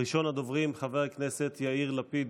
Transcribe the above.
ראשון הדוברים, חבר הכנסת יאיר לפיד.